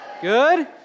Good